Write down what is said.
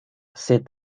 set